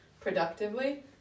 productively